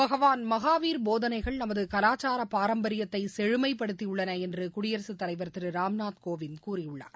பகவான் மகாவீர் போதனைகள் நமதுகலாச்சாரபாரம்பரியத்தைசெழுமைப்படுத்தியுள்ளனஎன்றுகுடியரசுத் தலைவர் திருராம்நாத் கோவிந்த் கூறியுள்ளார்